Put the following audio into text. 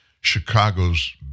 Chicago's